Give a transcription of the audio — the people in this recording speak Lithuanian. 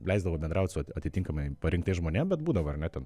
leisdavo bendraut su atitinkamai parinktais žmonėm bet būdavo ar ne ten